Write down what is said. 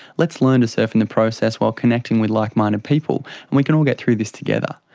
let's learn to surf in the process while connecting with like-minded people, and we can all get through this together.